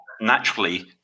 Naturally